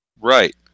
Right